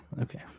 Okay